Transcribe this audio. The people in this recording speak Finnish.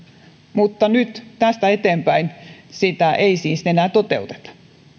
mutta nyt tästä eteenpäin sitä ei siis enää toteuteta